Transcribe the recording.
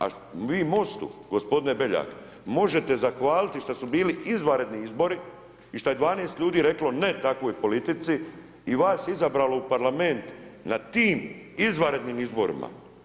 A vi Most-u gospodine BEljak možete zahvaliti što su bili izvanredni izbori i što je 12 ljudi reklo ne takvoj politici i vas izabralo u Parlament na tim izvanrednim izborima.